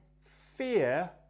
fear